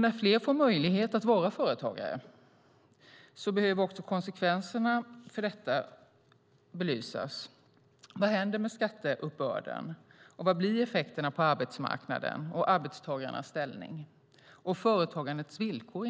När fler får möjlighet att vara företagare behöver också konsekvenserna för detta belysas. Vad händer med skatteuppbörden? Och vad blir effekterna på arbetsmarknaden, för arbetstagarnas ställning och inte minst för företagandets villkor?